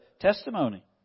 testimony